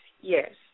yes